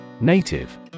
Native